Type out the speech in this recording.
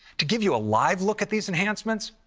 to give you a live look at these enhancements,